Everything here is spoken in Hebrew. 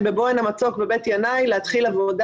בבוהן המצוק בבית ינאי להתחיל עבודה